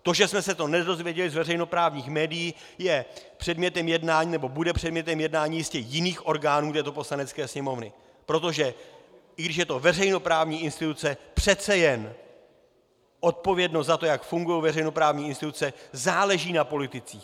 To, že jsme se to nedozvěděli z veřejnoprávních médií, je předmětem jednání, nebo bude předmětem jednání jistě jiných orgánů této Poslanecké sněmovny, protože i když je to veřejnoprávní instituce, přece jen odpovědnost za to, jak fungují veřejnoprávní instituce, záleží na politicích.